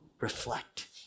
reflect